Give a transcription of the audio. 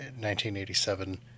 1987